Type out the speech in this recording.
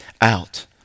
out